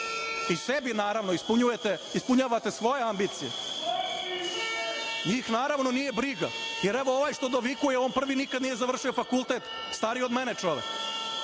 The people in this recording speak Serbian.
i sebi naravno ispunjavate svoje ambicije. Njih naravno nije briga, jer evo ovaj što dovikuje on prvi nikada nije završio fakultet, a stariji je od mene čovek,